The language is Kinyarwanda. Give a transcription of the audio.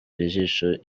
ijisho